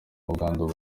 n’ubwandu